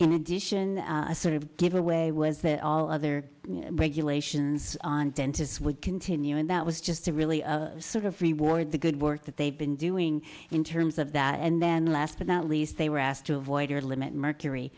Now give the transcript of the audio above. in addition a sort of giveaway was that all other regulations on dentists would continue and that was just to really sort of reward the good work that they've been doing in terms of that and then last but not least they were asked to avoid or limit mercury